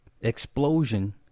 explosion